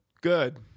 Good